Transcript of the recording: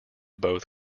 both